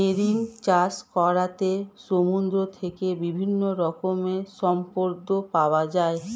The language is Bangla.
মেরিন চাষ করাতে সমুদ্র থেকে বিভিন্ন রকমের সম্পদ পাওয়া যায়